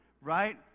right